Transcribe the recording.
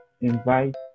invite